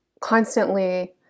constantly